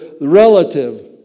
relative